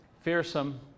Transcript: fearsome